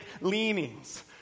leanings